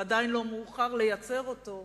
ועדיין לא מאוחר לייצר אותו,